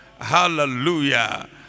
Hallelujah